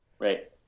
Right